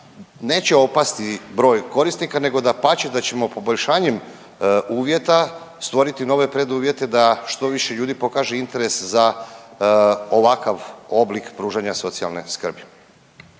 neće opasti broj korisnika nego dapače da ćemo poboljšanjem uvjeta stvoriti nove preduvjete da štoviše ljudi pokaže interes za ovakav oblik pružanja socijalne skrbi.